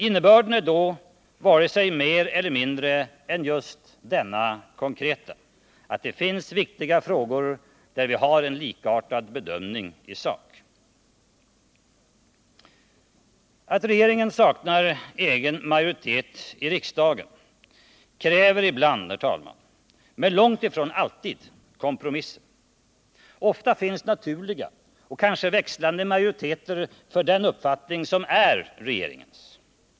Innebörden är då varken mer eller mindre än just denna konkreta: att det finns viktiga frågor där vi har en likartad bedömning i sak. Att regeringen saknar egen majoritet i riksdagen kräver ibland, herr talman, men långt ifrån alltid, kompromisser. Ofta finns naturliga och kanske växlande majoriteter för den uppfattning som är regeringens.